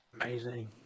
Amazing